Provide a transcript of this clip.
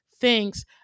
Thanks